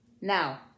Now